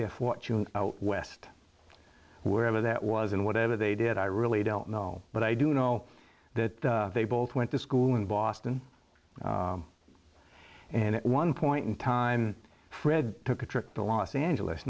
their fortune out west wherever that was in whatever they did i really don't know but i do know that they both went to school in boston and at one point in time fred took a trip to los angeles